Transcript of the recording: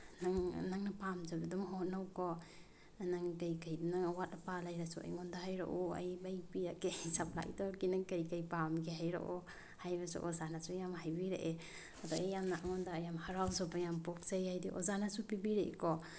ꯅꯪ ꯅꯪꯅ ꯄꯥꯝꯖꯕꯗꯨꯝ ꯍꯣꯠꯅꯧꯀꯣ ꯅꯪ ꯀꯩꯀꯩ ꯅꯪ ꯑꯋꯥꯠ ꯑꯄꯥ ꯂꯩꯔꯁꯨ ꯑꯩꯉꯣꯟꯗ ꯍꯥꯏꯔꯛꯎ ꯑꯩ ꯂꯩ ꯄꯤꯔꯛꯀꯦ ꯁꯄ꯭ꯂꯥꯏ ꯇꯧꯔꯛꯀꯦ ꯅꯪ ꯀꯔꯤ ꯀꯔꯤ ꯄꯥꯝꯒꯦ ꯍꯥꯏꯔꯛꯎ ꯍꯥꯏꯔꯁꯨ ꯑꯣꯖꯥꯅꯁꯨ ꯌꯥꯝ ꯍꯥꯏꯕꯤꯔꯛꯏ ꯑꯗꯣ ꯑꯩ ꯌꯥꯝꯅ ꯑꯩꯉꯣꯟꯗ ꯌꯥꯝ ꯍꯔꯥꯎꯖꯕ ꯌꯥꯝ ꯄꯣꯛꯆꯩ ꯍꯥꯏꯗꯤ ꯑꯣꯖꯥꯅꯁꯨ ꯄꯤꯕꯤꯔꯛꯏꯀꯣ